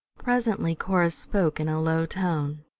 presently corrus spoke in a low tone